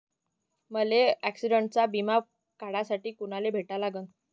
मले ॲक्सिडंटचा बिमा काढासाठी कुनाले भेटा लागन?